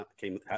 came